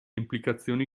implicazioni